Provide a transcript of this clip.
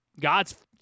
God's